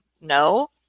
No